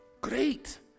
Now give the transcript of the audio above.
great